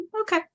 Okay